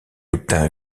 obtint